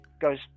goes